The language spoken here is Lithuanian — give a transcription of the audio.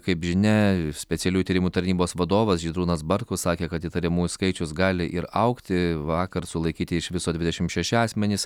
kaip žinia specialiųjų tyrimų tarnybos vadovas žydrūnas bartkus sakė kad įtariamųjų skaičius gali ir augti vakar sulaikyti iš viso dvidešimt šeši asmenys